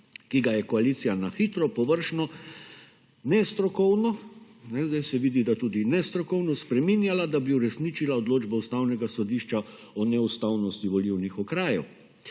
ki ga je koalicija na hitro, površno, nestrokovno, zdaj se vidi, da tudi nestrokovno, spreminjala, da bi uresničila odločbo Ustavnega sodišča o neustavnosti volilnih okrajev.